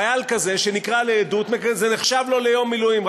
חייל כזה שנקרא לעדות, זה נחשב לו ליום מילואים.